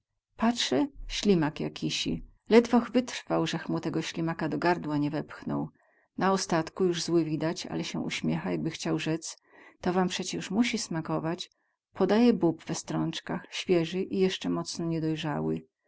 patrzę ślimak jakisi ledwoch wytrwał zech mu tego ślimaka do gardła nie wepchnął na ostatku juz zły widać ale sie uśmiecha jakby chciał rzec to wam przecie juz musi smakować podaje bób we strąckach świezy i jesce mocno niedojrzały